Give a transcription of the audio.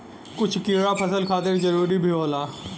कुछ कीड़ा फसल खातिर जरूरी भी होला